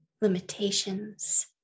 limitations